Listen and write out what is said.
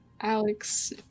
Alex